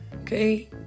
okay